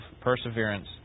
perseverance